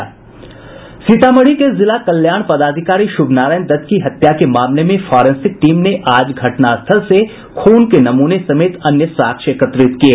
सीतामढ़ी के जिला कल्याण पदाधिकारी शुभनारायण दत्त की हत्या के मामले में फॉरेंसिक टीम ने आज घटनास्थल से खून के नमूने समेत अन्य साक्ष्य एकत्रित किये